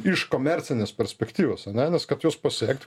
iš komercinės perspektyvos ane nes kad juos pasiekt